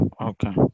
okay